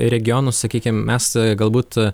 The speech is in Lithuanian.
regionus sakykim mes galbūt